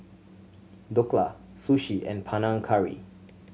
Dhokla Sushi and Panang Curry